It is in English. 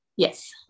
Yes